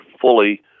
fully